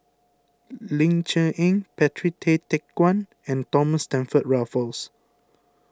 Ling Cher Eng Patrick Tay Teck Guan and Thomas Stamford Raffles